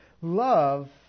Love